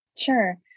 Sure